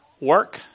work